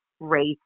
race